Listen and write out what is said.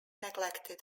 neglected